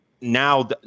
now